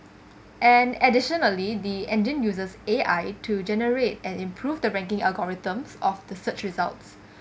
and additionally the engine uses A_I to generate and improve the ranking algorithms of the search results